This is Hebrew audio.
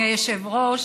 אדוני היושב-ראש,